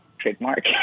trademark